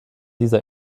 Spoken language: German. dieser